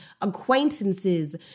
acquaintances